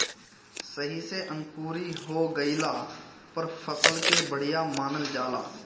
सही से अंकुरी हो गइला पर फसल के बढ़िया मानल जाला